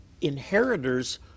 inheritors